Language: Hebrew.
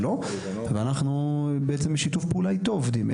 ואנחנו בעצם בשיתוף פעולה איתו עובדים.